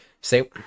Say